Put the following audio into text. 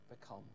become